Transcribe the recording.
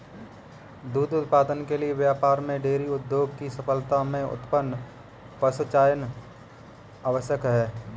दुग्ध उत्पादन के व्यापार में डेयरी उद्योग की सफलता में उत्तम पशुचयन आवश्यक है